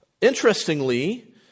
Interestingly